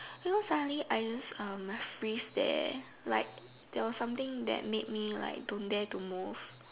don't know suddenly I just um must freeze there like there was something that make me don't dare to move